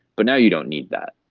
but now you don't need that.